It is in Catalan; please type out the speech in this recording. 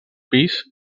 pis